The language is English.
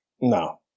No